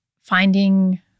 finding